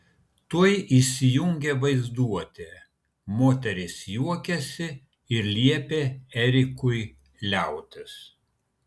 tuoj įsijungė vaizduotė moteris juokėsi ir liepė erikui liautis